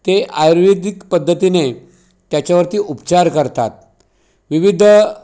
ते आयुर्वेदिक पद्धतीने त्याच्यावरती उपचार करतात विविध